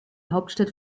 hauptstadt